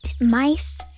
mice